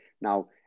Now